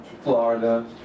Florida